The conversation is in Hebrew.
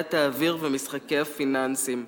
תעשיית האוויר ומשחקי הפיננסים,